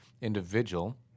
individual